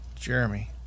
Jeremy